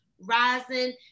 rising